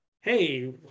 hey